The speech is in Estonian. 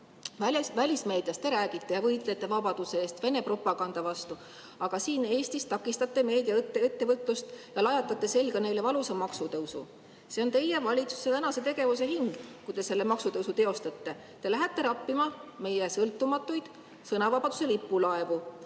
Välismeedias te räägite ja võitlete vabaduse eest Vene propaganda vastu, aga siin Eestis takistate meediaettevõtlust ja lajatate selga neile valusa maksutõusu. See on teie valitsuse tänase tegevuse hind, kui te selle maksutõusu teostate. Te lähete rappima meie sõltumatuid sõnavabaduse lipulaevu,